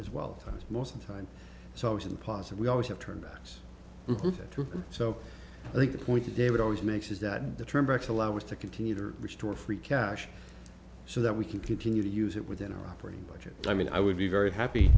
as well most of the time so i was in positive we always have turned out to so i think the point that david always makes is that the term backs allow us to continue to restore free cash so that we can continue to use it within our operating budget i mean i would be very happy